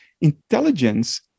Intelligence